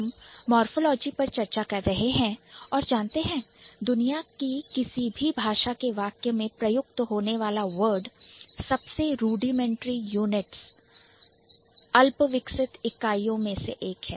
हम morphology morphology आकृति विज्ञान पर चर्चा कर रहे हैं और जानते हैं कि दुनिया की किसी भी भाषा के वाक्य में प्रयुक्त होने वाला word वर्ड शब्द सबसे rudimentary units रुडिमेंट्री यूनिट अल्पविकसित इकाइयों में से एक है